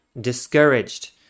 discouraged